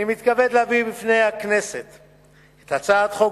אני מתכבד להביא לפני הכנסת את הצעת חוק